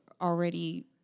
already